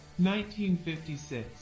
1956